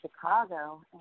Chicago